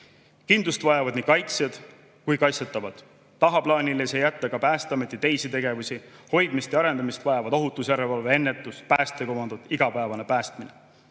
Kindlust vajavad nii kaitsjad kui ka kaitstavad. Tagaplaanile ei saa jätta ka Päästeameti teisi tegevusi. Hoidmist ja arendamist vajavad ohutusjärelevalve, ennetus, päästekomandod, igapäevane päästmine.